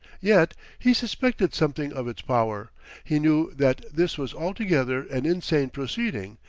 yet he suspected something of its power he knew that this was altogether an insane proceeding,